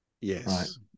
Yes